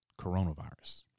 coronavirus